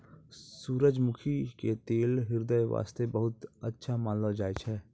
सूरजमुखी के तेल ह्रदय वास्तॅ बहुत अच्छा मानलो जाय छै